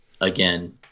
again